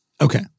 Okay